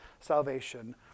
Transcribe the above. salvation